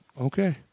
Okay